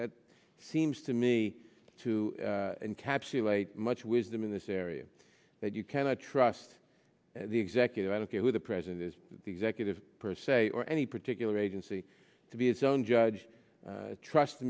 that seems to me to encapsulate much wisdom in this area that you cannot trust the executive i don't care who the president is the executive per se or any particular agency to be its own judge trust